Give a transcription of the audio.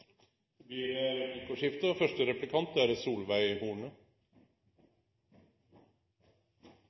Det blir replikkordskifte. Dette er